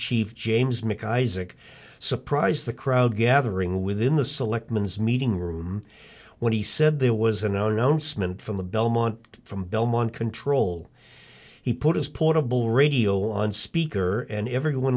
chief james mc isaac surprised the crowd gathering within the selectmen is meeting room when he said there was a no known smoot from the belmont from belmont control he put his portable radio on speaker and everyone